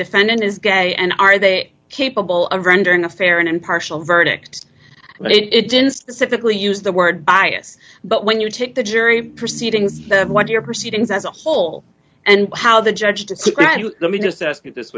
defendant is gay and are they capable of rendering a fair and impartial verdict but it didn't specifically use the word bias but when you take the jury proceedings what you're proceedings as a whole and how the judge to let me just ask you this